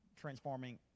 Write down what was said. transforming